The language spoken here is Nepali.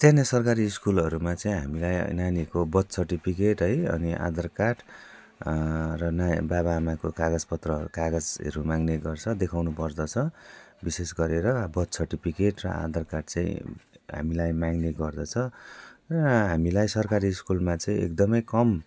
यस्तै नै सरकारी स्कुलहरूमा चाहिँ हामीलाई अब नानीको बर्थ सर्टिफिकेट है अनि आधार कार्ड र न बाबा आमाको कागज पत्र कागजहरू माग्ने गर्छ देखाउनु पर्दछ विशेष गरेर बर्थ सर्टिफिकेट र आधार कार्ड चाहिँ हामीलाई माग्ने गर्दछ र हामीलाई सरकारी स्कुलमा चाहिँ एकदम कम